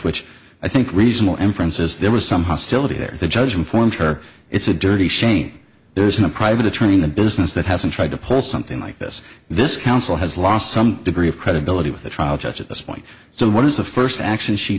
which i think reasonable inference is there was some hostility there the judgment formed her it's a dirty shame there isn't a private attorney in the business that hasn't tried to pull something like this this counsel has lost some degree of credibility with the trial judge at this point so what is the first action she